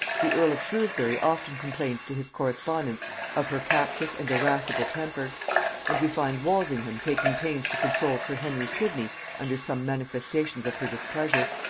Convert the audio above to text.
the earl of shrewsbury often complains to his correspondents of her captious and irascible temper and we find walsingham taking pains to console sir henry sidney under some manifestations of her displeasure,